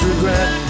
Regret